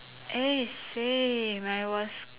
eh same I was